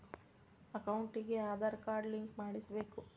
ಅಕೌಂಟಿಗೆ Aadhaar card link ಮಾಡಿಸಬೇಕು?